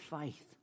faith